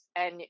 and-